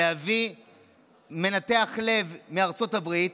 להביא מנתח לב מארצות הברית,